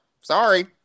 Sorry